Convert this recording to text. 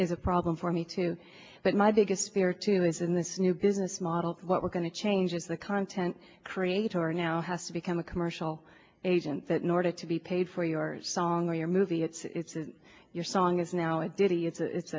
is a problem for me too but my biggest fear too is in this new business model what we're going to change is the content creator now has to become a commercial agent that in order to be paid for yours song or your movie it's your song is now i did he it's